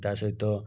ତା' ସହିତ